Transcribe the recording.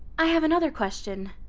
i have another question.